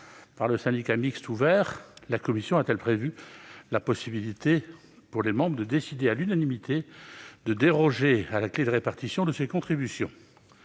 par le syndicat mixte ouvert, la commission a-t-elle prévu la possibilité pour les membres de décider, à l'unanimité, de déroger à la clé de répartition de ces contributions.